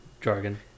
jargon